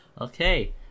okay